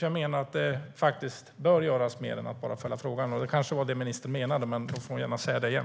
Jag menar att det bör göras mer. Det kanske var det ministern menade, och då får hon gärna säga det igen.